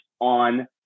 on